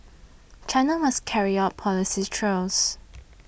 China must carry out policies trials